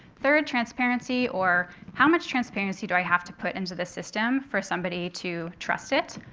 third, transparency, or how much transparency do i have to put into the system for somebody to trust it?